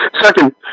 Second